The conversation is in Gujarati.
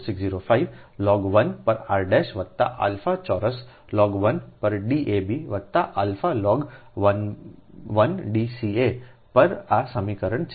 4605 લોગ 1 પર r વત્તા આલ્ફા ચોરસ log 1 પર D ab વત્તા આલ્ફા log 1 D ca પર આ સમીકરણ છે